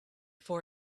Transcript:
for